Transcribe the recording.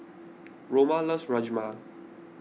Roma loves Rajma